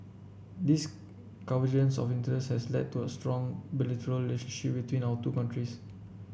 this convergence of interest has led to a strong bilateral relationship between our two countries